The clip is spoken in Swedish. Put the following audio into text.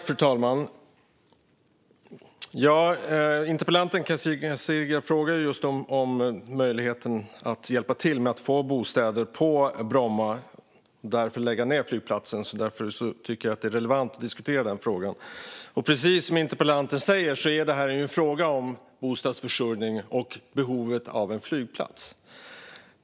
Fru talman! Interpellanten Kadir Kasirga frågar om möjligheten att hjälpa till med att få bostäder på Bromma och därför lägga ned flygplatsen. Därför tycker jag att det är relevant att diskutera den frågan. Precis som interpellanten säger är det här en fråga om bostadsförsörjning och behovet av en flygplats.